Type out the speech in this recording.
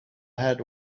had